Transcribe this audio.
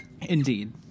indeed